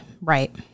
Right